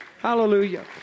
Hallelujah